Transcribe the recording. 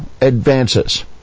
advances